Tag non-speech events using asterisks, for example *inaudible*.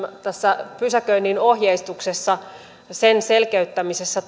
tässä pysäköinnin ohjeistuksessa sen selkeyttämisessä *unintelligible*